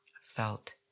felt